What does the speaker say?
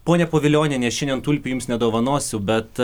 ponia povilionienė šiandien tulpių jums nedovanosiu bet